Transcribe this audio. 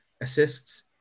assists